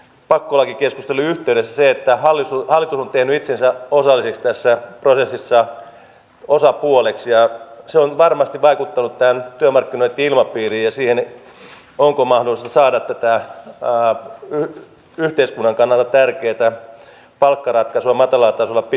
pakkolaki oli edes se että halli suutari piili itsensä olla liikkeessä muiden hoitomaksujen omavastuita ja se on varmasti vaikuttanut täällä kylmä pimeä piilotti ylipäänsä maksuja olisi korkea aika saada yhä yhteiskunnan kannalta tärkeitä palkkaratkaisumme pelata läpi